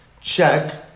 Check